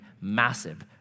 massive